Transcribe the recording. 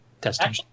testing